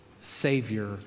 Savior